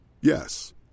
Yes